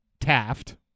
Taft